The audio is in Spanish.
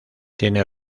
tiene